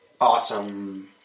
awesome